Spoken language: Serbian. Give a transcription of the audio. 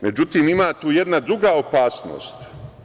Međutim, ima tu jedna druga opasnost.